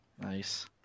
Nice